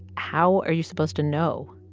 how are you supposed to know?